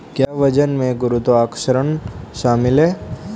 क्या वजन में गुरुत्वाकर्षण शामिल है?